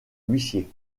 huissier